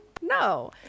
no